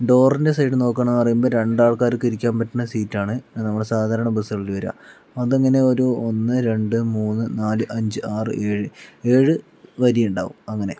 ഡോറിൻ്റെ സൈഡ് നോക്കുവാണ് പറയുമ്പോൾ രണ്ടാൾക്കാർക്ക് ഇരിക്കാൻ പറ്റുന്ന സീറ്റാണ് നമ്മളുടെ സാധാരണ ബസുകളിൽ വരിക അതങ്ങനെ ഒരു ഒന്ന് രണ്ട് മൂന്ന് നാല് അഞ്ച് ആറ് ഏഴ് ഏഴ് വരിയുണ്ടാവും അങ്ങനെ